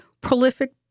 prolific